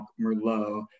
Merlot